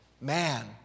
man